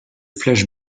flash